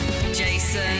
Jason